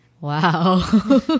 Wow